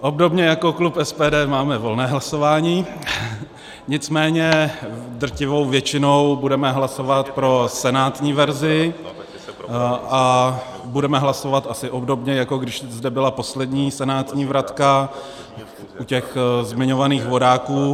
Obdobně jako klub SPD máme volné hlasování, nicméně drtivou většinou budeme hlasovat pro senátní verzi a budeme hlasovat asi obdobně, jako když zde byla poslední senátní vratka u těch zmiňovaných vodáků.